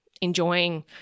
enjoying